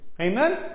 Amen